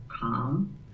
calm